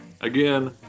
again